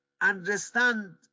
Understand